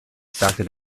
sagte